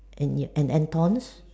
and and and thorns